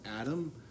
Adam